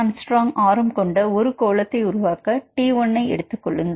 6 A ஆரம் கொண்ட ஒரு கோளத்தை உருவாக்க T 1 ஐ எடுத்துக் கொள்ளுங்கள்